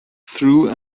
through